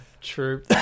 True